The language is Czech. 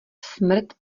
smrt